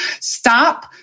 Stop